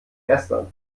gestern